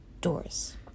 doors